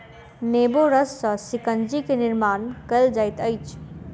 नेबो रस सॅ शिकंजी के निर्माण कयल जाइत अछि